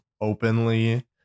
openly